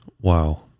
Wow